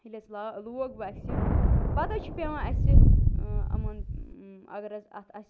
ییٚلہِ اسہِ لوگ وۄنۍ اسہِ یہِ پتہٕ حظ چھِ پیٚوان اسہِ ٲں یِمن اگر حظ اتھ آسہِ